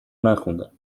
نخوندم